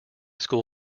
school